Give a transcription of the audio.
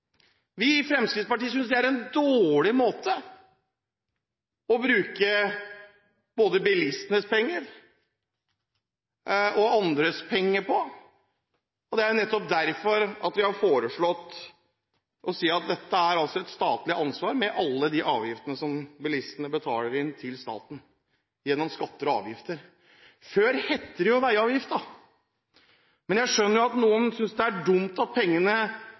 Vi i Fremskrittspartiet synes det er en dårlig måte å bruke både bilistenes penger og andres penger på. Det er nettopp derfor vi sier at med alle de avgiftene som bilistene betaler inn til staten gjennom skatter og avgifter, er dette et statlig ansvar. Før het det veiavgift. Men jeg skjønner at noen synes det er dumt at pengene